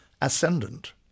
ascendant